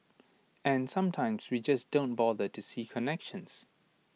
and sometimes we just don't bother to see connections